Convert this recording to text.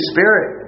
Spirit